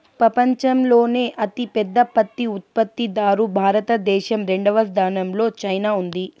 పపంచంలోనే అతి పెద్ద పత్తి ఉత్పత్తి దారు భారత దేశం, రెండవ స్థానం లో చైనా ఉంది